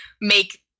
make